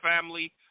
family